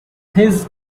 his